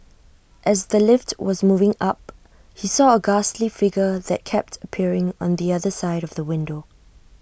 as the lift was moving up he saw A ghastly figure that kept appearing on the other side of the window